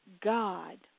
God